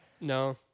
No